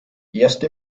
erste